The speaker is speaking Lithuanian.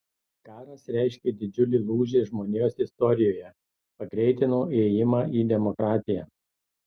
karas reiškė didžiulį lūžį žmonijos istorijoje pagreitino ėjimą į demokratiją